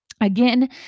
Again